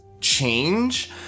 change